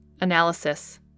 Analysis